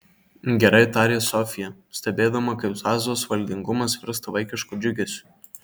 gerai tarė sofija stebėdama kaip zazos valdingumas virsta vaikišku džiugesiu